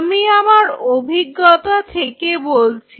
আমি আমার অভিজ্ঞতা থেকে বলছি